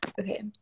okay